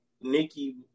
Nikki